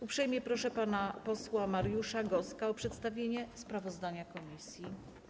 Uprzejmie proszę pana posła Mariusza Goska o przedstawienie sprawozdania komisji.